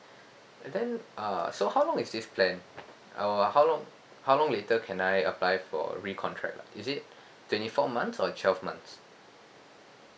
then uh so how long is this plan uh how long how long later can I apply for recontract is it twenty four months or twelve months